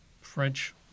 French